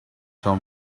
sont